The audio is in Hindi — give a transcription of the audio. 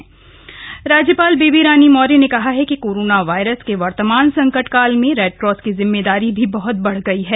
विश्व रेडक्रॉस दिवस राज्यपाल बेबी रानी मौर्य ने कहा है कि कोरोना वायरस के वर्तमान संकट काल में रेडक्रॉस की जिम्मेदारी भी बहत बढ़ गई है